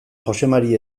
joxemari